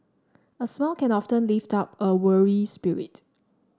a smile can often lift up a weary spirit